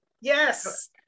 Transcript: yes